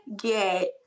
get